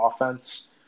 offense